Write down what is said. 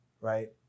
right